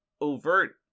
overt